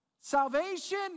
Salvation